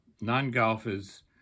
non-golfers